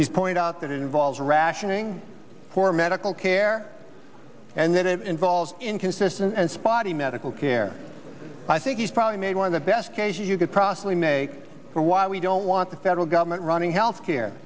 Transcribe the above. he's pointed out that it involves rationing poor medical care and that it involves inconsistent and spotty medical care i think he's probably made one of the best case you could probably make for why we don't want the federal government running health care